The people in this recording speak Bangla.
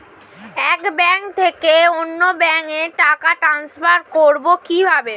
এক ব্যাংক থেকে অন্য ব্যাংকে টাকা ট্রান্সফার করবো কিভাবে?